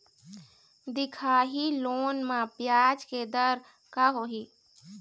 दिखाही लोन म ब्याज के दर का होही?